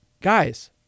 guys